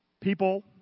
People